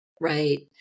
Right